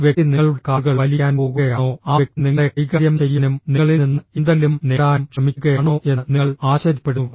ആ വ്യക്തി നിങ്ങളുടെ കാലുകൾ വലിക്കാൻ പോകുകയാണോ ആ വ്യക്തി നിങ്ങളെ കൈകാര്യം ചെയ്യാനും നിങ്ങളിൽ നിന്ന് എന്തെങ്കിലും നേടാനും ശ്രമിക്കുകയാണോ എന്ന് നിങ്ങൾ ആശ്ചര്യപ്പെടുന്നു